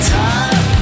time